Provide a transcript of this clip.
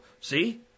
see